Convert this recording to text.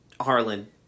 Harlan